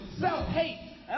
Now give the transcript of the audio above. self-hate